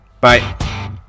Bye